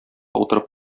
утырып